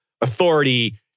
authority